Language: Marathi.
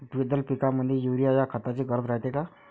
द्विदल पिकामंदी युरीया या खताची गरज रायते का?